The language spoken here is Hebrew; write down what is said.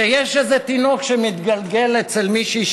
שיש איזה תינוק שמתגלגל אצל מישהי,